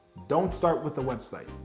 don't start with a website.